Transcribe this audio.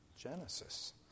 Genesis